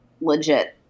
legit